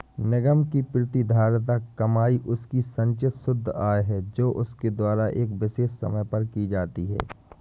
निगम की प्रतिधारित कमाई उसकी संचित शुद्ध आय है जो उसके द्वारा एक विशेष समय पर की जाती है